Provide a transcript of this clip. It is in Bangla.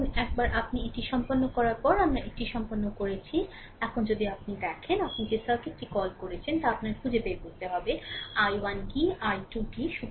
এখন একবার আপনি এটি সম্পন্ন করার পরে আমরা এটি সম্পন্ন করেছি এখন যদি আপনি এটি দেখেন আপনার যে সার্কিটটি কল করেছেন তা আপনার খুঁজে বের করতে হবে i1 কী i2 কী